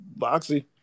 Boxy